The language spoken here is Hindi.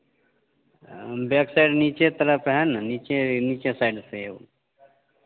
बैक साइड नीचे तरफ़ है न नीचे नीचे साइड से वह